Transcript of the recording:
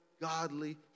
godly